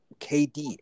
KD